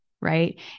right